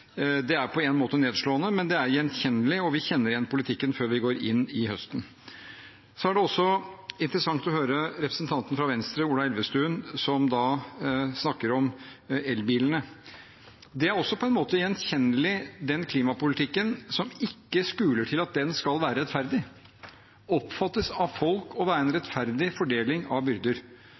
Det er på en måte nedslående, men det er gjenkjennelig, og vi kjenner igjen politikken før vi går inn i høsten. Så er det også interessant å høre representanten fra Venstre, Ola Elvestuen, som snakker om elbilene. Det er også på en måte gjenkjennelig. Den klimapolitikken som ikke skuler til at den skal være rettferdig, oppfattes av folk å være en rettferdig fordeling av byrder.